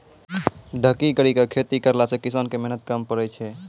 ढकी करी के खेती करला से किसान के मेहनत कम पड़ै छै